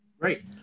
Great